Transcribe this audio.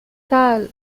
tal